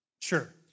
sure